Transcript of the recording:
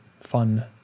fun